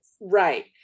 right